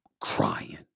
crying